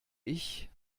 ich